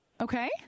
Okay